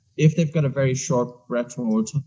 if they've got a very short breath-hold